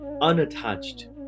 unattached